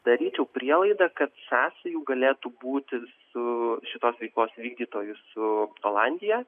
daryčiau prielaidą kad sąsajų galėtų būti su šitos veikos vykdytojų su olandija